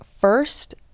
first